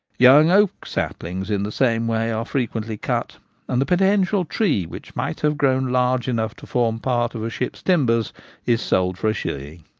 young oak saplings, in the same way, are frequently cut and the potential tree which might have grown large enough to form part of a ship's timbers is sold for a shilling.